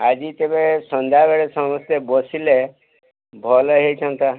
ଆଜି ତେବେ ସନ୍ଧ୍ୟାବେଳେ ସମସ୍ତେ ବସିଲେ ଭଲ ହୋଇଥାନ୍ତା